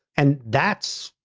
and that's,